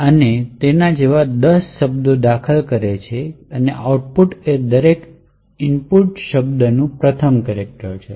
તે આ જેવા દસ શબ્દો દાખલ કરે છે અને આઉટપુટ એ દરેક ઇનપુટ શબ્દનું પ્રથમ કેરેક્ટર છે